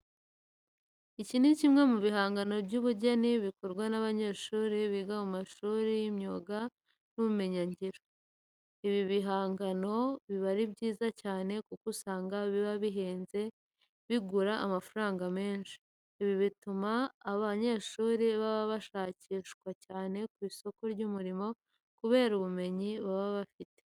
Iki ni kimwe mu bihangano by'ubugeni bikorwa n'abanyeshuri biga mu mashuri y'imyuga n'ubumenyingiro. Ibi bigangano biba ari byiza cyane kuko usanga biba bihenze bigura amafaranga menshi. Ibi bituma aba banyeshuri baba bashakishwa cyane ku isoko ry'umurimo kubera ubumenyi baba bafite.